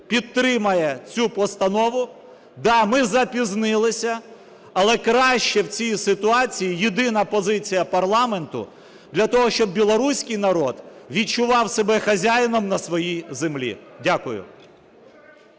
підтримає цю постанову. Да, ми запізнилися, але краще в цій ситуації – єдина позиція парламенту, для того, щоб білоруський народ відчував себе хазяїном на своїй землі. Дякую.